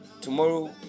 tomorrow